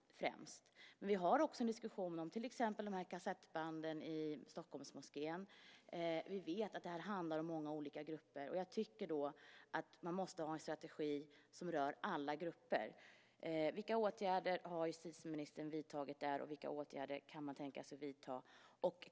Men vi har också en diskussion om till exempel kassettbanden i Stockholmsmoskén. Vi vet att det här handlar om många olika grupper. Jag tycker därför att man måste ha en strategi som rör alla grupper. Vilka åtgärder har justitieministern vidtagit där och vilka åtgärder kan han tänka sig vidta?